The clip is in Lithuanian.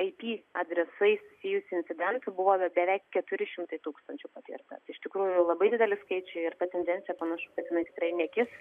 ip adresais susijusių incidentų buvo beveik keturi šimtai tūkstančių patirta tai iš tikrųjų labai didelį skaičiai ir ta tendencija panašu kad jinai tikrai nekis